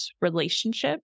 relationship